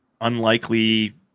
unlikely